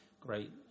great